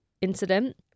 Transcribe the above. incident